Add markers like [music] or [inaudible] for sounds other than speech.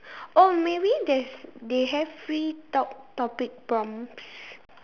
[breath] oh maybe there's they have free talk topic prompts